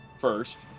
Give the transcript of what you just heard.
first